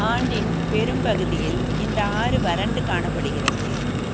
ஆண்டின் பெரும்பகுதியில் இந்த ஆறு வறண்டு காணப்படுகிறது